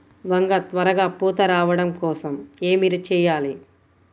వంగ త్వరగా పూత రావడం కోసం ఏమి చెయ్యాలి?